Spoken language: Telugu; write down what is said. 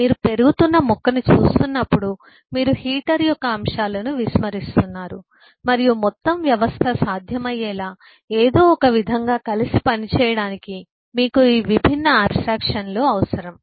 మీరు పెరుగుతున్న మొక్కను చూస్తున్నప్పుడు మీరు హీటర్ యొక్క అంశాలను విస్మరిస్తున్నారు మరియు మొత్తం వ్యవస్థ సాధ్యమయ్యేలా ఏదో ఒకవిధంగా కలిసి పనిచేయడానికి మీకు ఈ విభిన్న ఆబ్స్ట్రాక్షన్లు అవసరం